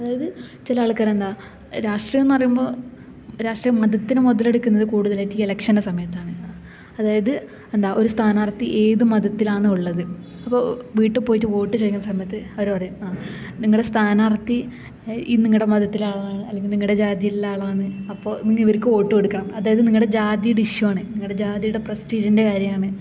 അതായത് ചില ആള്ക്കാരെന്താ രാഷ്ട്രീയം എന്ന് പറയുമ്പോൾ രാഷ്ട്രീയം മതത്തിനെ മുതലെടുക്കുന്നത് കൂടുതലായിട്ട് ഈ ഇലക്ഷന്റെ സമയത്താണ് അതായത് എന്താ ഒരു സ്ഥാനാര്ത്ഥി ഏത് മതത്തിലാണ് ഉള്ളത് അപ്പോൾ വീട്ടിൽ പോയിട്ട് വോട്ട് ചോദിക്കുന്ന സമയത്ത് അവര് പറയും ആ നിങ്ങളുടെ സ്ഥാനാര്ത്ഥി നിങ്ങളുടെ മതത്തിലെ ആളാ അല്ലെങ്കിൽ നിങ്ങളുടെ ജാതിയിലുള്ള ആളാണ് അപ്പോൾ നിങ്ങൾ ഇവർക്ക് വോട്ട് കൊടുക്കണം അതായത് നിങ്ങളുടെ ജാതിയുടെ ഇഷ്യൂ ആണ് നിങ്ങളുടെ ജാതിയുടെ പ്രെസ്റ്റീജിന്റെ കാര്യമാണ്